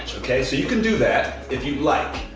okay. so you can do that if you'd like.